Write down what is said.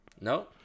No